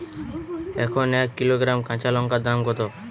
এখন এক কিলোগ্রাম কাঁচা লঙ্কার দাম কত?